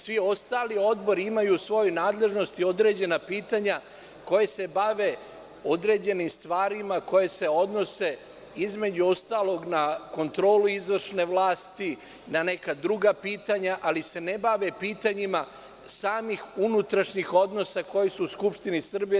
Svi ostali odbori imaju u svojoj nadležnosti određena pitanja koja se bave određenim stvarima koji se odnose, između ostalog, na kontrolu izvršne vlasti, na neka druga pitanja, ali se na bave pitanjima samih unutrašnjih odnosa koji su u Skupštini Srbije.